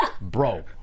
Bro